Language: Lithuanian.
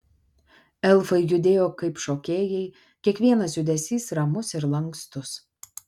elfai judėjo kaip šokėjai kiekvienas judesys ramus ir lankstus